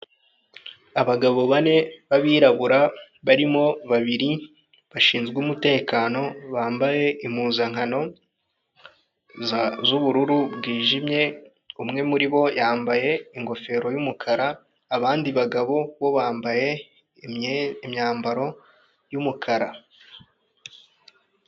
Abagabo bane b'abirabura barimo babiri bashinzwe umutekano bambaye impuzankano z'ubururu bwijimye, umwe muri bo yambaye ingofero y'umukara abandi bagabo bo bambaye imye imyambaro y'umukara.